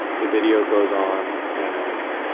the video goes on and